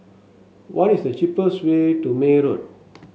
what is the cheapest way to May Road